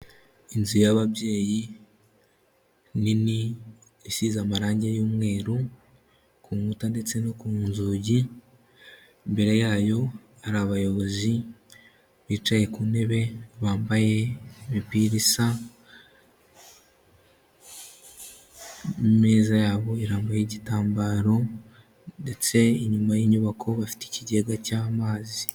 Inzu y'ababyeyi nini isize amarange y'umweru ku nkuta ndetse no ku nzugi, imbere yayo hari abayobozi bicaye ku ntebe bambaye imipira isa, imeza yabo irambuyeho igitambaro ndetse inyuma y'inyubako bafite ikigega cy'amazi.